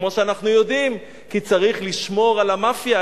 כמו שאנחנו יודעים, כי צריך לשמור על המאפיה.